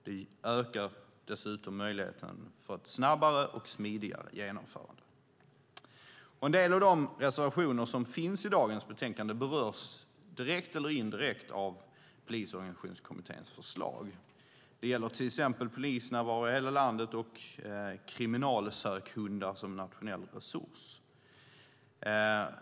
Det ökar dessutom möjligheten för ett snabbare och smidigare genomförande. En del av de reservationer som finns i dagens betänkande berörs direkt eller indirekt av Polisorganisationskommitténs förslag. Det gäller till exempel polisnärvaro i hela landet och kriminalsökhundar som nationell resurs.